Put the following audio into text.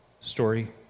story